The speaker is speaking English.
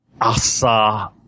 Asa